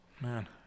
Man